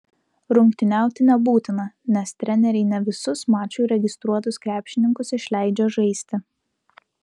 rungtyniauti nebūtina nes treneriai ne visus mačui registruotus krepšininkus išleidžia žaisti